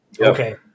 Okay